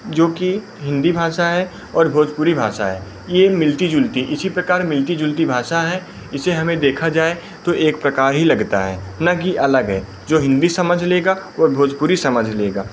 जोकि हिंदी भाषा है और भोजपुरी भाषा है ये मिलती जुलती इसी प्रकार मिलती जुलती भाषा है इसे हमे देखा जाए तो एक प्रकार ही लगता है ना कि अलग है जो हिंदी समझ लेगा वह भोजपुरी समझ लेगा